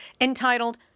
entitled